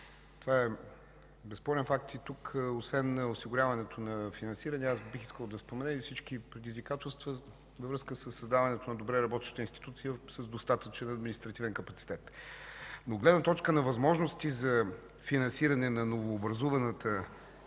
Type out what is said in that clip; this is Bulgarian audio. Това е безспорен факт. Тук освен осигуряването на финансиране, аз бих искал да спомена и всички предизвикателства във връзка със създаването на добре работеща институция с достатъчен административен капацитет. От гледна точка на възможностите за финансиране на новообразуваната